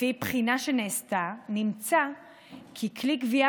לפי בחינה שנעשתה נמצא כי כלי גבייה